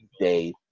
day